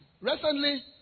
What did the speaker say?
Recently